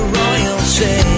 royalty